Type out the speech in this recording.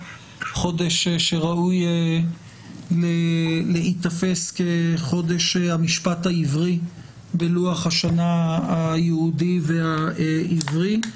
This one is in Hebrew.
חודש שראוי להיתפס כחודש המשפט העברי בלוח השנה היהודי והעברי.